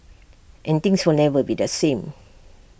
and things will never be the same